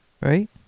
right